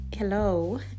hello